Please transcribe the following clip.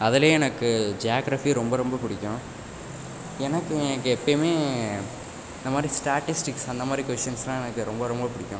அதில் எனக்கு ஜாக்ரஃபி ரொம்ப ரொம்ப பிடிக்கும் எனக்கு எனக்கு எப்போயுமே இந்த மாதிரி ஸ்டாட்டிஸ்டிக்ஸ் அந்த மாதிரி கொஸின்ஸ்லாம் எனக்கு ரொம்ப ரொம்ப பிடிக்கும்